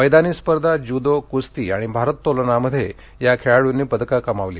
मैदानी स्पर्धा ज्यूदो कुस्ती आणि भारोत्तोलनामध्ये या खेळाडूंनी पदक कमावली